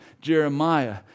Jeremiah